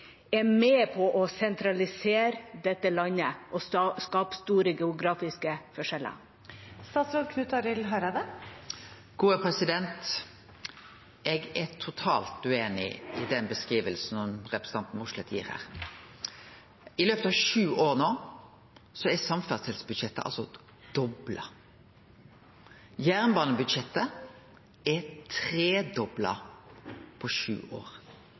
er med på å sentralisere dette landet og skape store geografiske forskjeller? Eg er totalt ueinig i den beskrivinga som representanten Mossleth gir her. I løpet av sju år er no samferdselsbudsjettet dobla. Jernbanebudsjettet er tredobla på sju år.